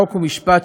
חוק ומשפט,